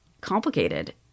complicated